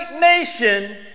nation